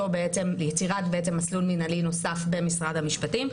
ויצירת מסלול מנהלי נוסף במשרד המשפטים.